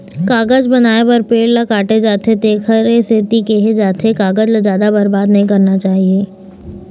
कागज बनाए बर पेड़ ल काटे जाथे तेखरे सेती केहे जाथे कागज ल जादा बरबाद नइ करना चाही